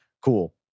Cool